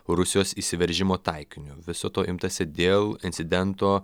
rusijos įsiveržimo taikiniu viso to imtasi dėl incidento